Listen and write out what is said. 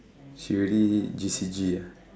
she really G_C_G ah